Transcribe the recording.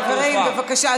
חברים, בבקשה.